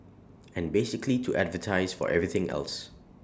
and basically to advertise for everything else